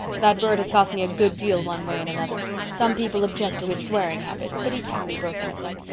that bird has cost me a good deal one way and another. some people object to his swearing habits but he can't be broken of them.